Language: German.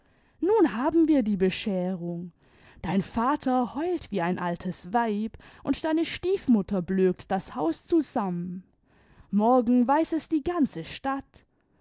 nun haben wir die bescherung dein vater heult wie ein altes weib und deine stiefmutter blökt das haus zusanunen morgen weiß es die ganze stadt